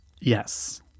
Yes